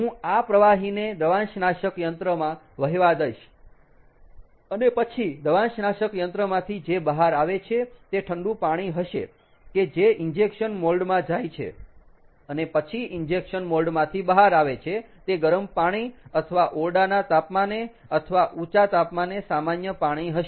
હું આ પ્રવાહીને દ્રવાંશનાશક યંત્રમાં વહેવા દઇશ અને પછી દ્રવાંશનાશક યંત્રમાંથી જે બહાર આવે છે તે ઠંડુ પાણી હશે કે જે ઇન્જેક્શન મોલ્ડ માં જાય છે અને પછી ઇન્જેક્શન મોલ્ડ માંથી બહાર આવે છે તે ગરમ પાણી અથવા ઓરડાના તાપમાને અથવા ઊંચ તાપમાને સામાન્ય પાણી હશે